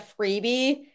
freebie